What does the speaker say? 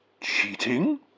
cheating